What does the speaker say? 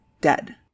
dead